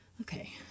okay